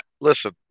listen